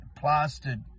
plastered